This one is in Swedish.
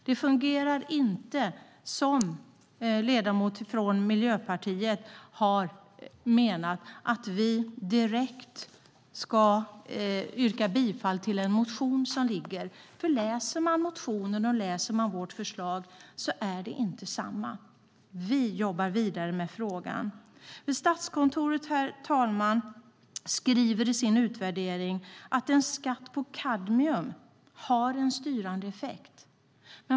Det fungerar inte så som en ledamot från Miljöpartiet har menat, att vi ska yrka bifall till en motion. Motionen och vårt förslag är inte samma sak. Vi jobbar vidare med frågan. Statskontoret skriver i sin utvärdering att en skatt på kadmium har en styrande effekt.